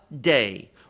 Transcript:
day